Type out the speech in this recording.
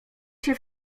się